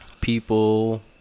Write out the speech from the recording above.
people